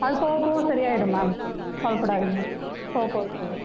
அது போக போக சரியாயிடும் மேம் கவலைப்படாதீங்க போக போக சரியாயிடும்